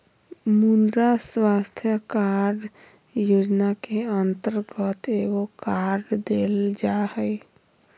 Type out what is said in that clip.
मुद्रा स्वास्थ कार्ड योजना के अंतर्गत एगो कार्ड देल जा हइ